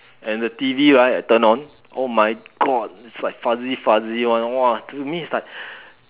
and the T_V right I turn on oh my god it's like fuzzy fuzzy [one] !wah! to me it's like